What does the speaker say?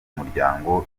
muryango